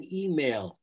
email